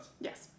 Yes